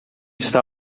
está